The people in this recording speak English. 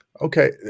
Okay